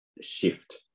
shift